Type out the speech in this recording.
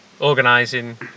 organising